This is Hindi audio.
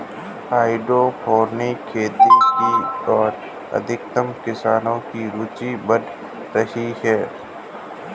हाइड्रोपोनिक खेती की ओर अधिकांश किसानों की रूचि बढ़ रही है